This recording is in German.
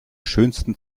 schönsten